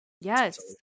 Yes